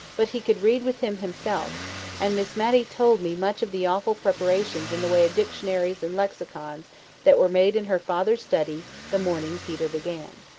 but he could read with him himself and miss matty told me much of the awful preparations in the way of dictionaries and lexicons that were made in her father's study the morning peter began.